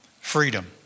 Freedom